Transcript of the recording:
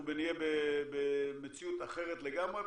אנחנו נהיה במציאות אחרת לגמרי.